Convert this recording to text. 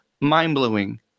mind-blowing